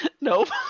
Nope